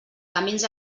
camins